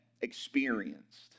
experienced